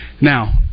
Now